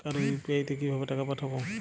কারো ইউ.পি.আই তে কিভাবে টাকা পাঠাবো?